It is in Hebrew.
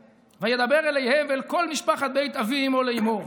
וידבר אליהם ואל כל משפחת בית אבי אמו לאמר.